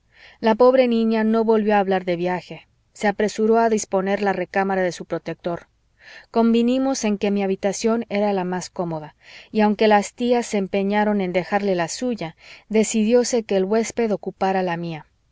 la pobre niña no volvió a hablar de viaje se apresuró a disponer la recámara de su protector convinimos en que mi habitación era la más cómoda y aunque las tías se empeñaron en dejarle la suya decidióse que el huésped ocupara la mía